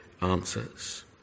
answers